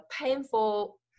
painful